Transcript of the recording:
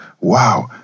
Wow